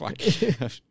Fuck